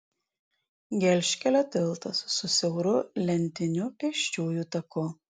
gelžkelio tiltas su siauru lentiniu pėsčiųjų taku